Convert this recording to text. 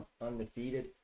undefeated